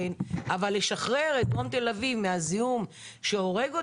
אבל לשחרר את דרום תל אביב מהזיהום שהורג אותנו,